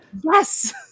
Yes